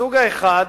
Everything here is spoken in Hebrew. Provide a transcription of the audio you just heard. הסוג האחד,